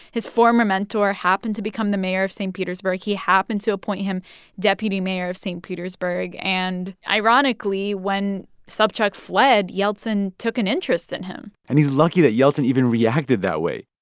his former mentor happened to become the mayor of st. petersburg. he happened to appoint him deputy mayor of st. petersburg. and ironically, when sobchak fled, yeltsin took an interest in him and he's lucky that yeltsin even reacted that way.